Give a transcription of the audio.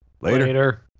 Later